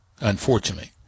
unfortunately